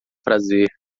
prazer